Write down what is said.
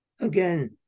again